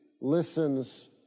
listens